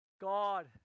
God